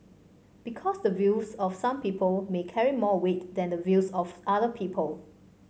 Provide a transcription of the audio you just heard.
because the views of some people may carry more weight than the views of other people